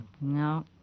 No